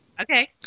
Okay